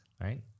right